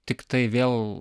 tiktai vėl